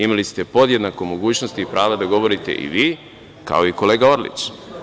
Imali ste podjednako mogućnosti i prava da govorite i vi, kao i kolega Orlić.